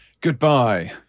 goodbye